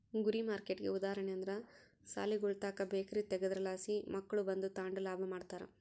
ಗುರಿ ಮಾರ್ಕೆಟ್ಗೆ ಉದಾಹರಣೆ ಅಂದ್ರ ಸಾಲಿಗುಳುತಾಕ ಬೇಕರಿ ತಗೇದ್ರಲಾಸಿ ಮಕ್ಳು ಬಂದು ತಾಂಡು ಲಾಭ ಮಾಡ್ತಾರ